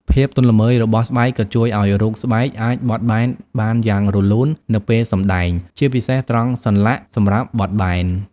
ភាពទន់ល្មើយរបស់ស្បែកក៏ជួយឱ្យរូបស្បែកអាចបត់បែនបានយ៉ាងរលូននៅពេលសម្ដែង ជាពិសេសត្រង់សន្លាក់សម្រាប់បត់បែន។